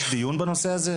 יש דיון בנושא הזה?